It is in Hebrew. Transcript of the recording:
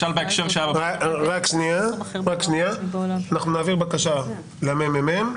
אנחנו נעביר בקשה לממ"מ,